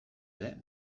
ere